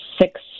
six